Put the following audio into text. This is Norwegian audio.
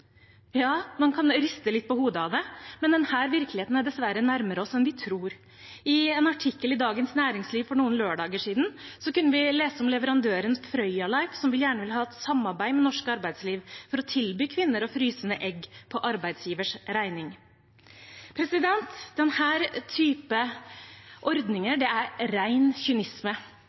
hodet av det, men denne virkeligheten er dessverre nærmere oss enn vi tror. I en artikkel i Dagens Næringsliv for noen lørdager siden kunne vi lese om leverandøren Frøya Life, som gjerne vil ha et samarbeid med norsk arbeidsliv for å tilby kvinner å fryse ned egg på arbeidsgivers regning. Denne typen ordninger er ren kynisme, og kvinner burde si tydelig fra, for det er